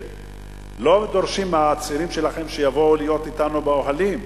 לא דורשים מהצעירים שלכם שיבואו להיות באוהלים,